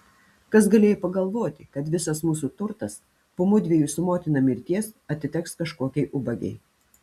kas galėjo pagalvoti kad visas mūsų turtas po mudviejų su motina mirties atiteks kažkokiai ubagei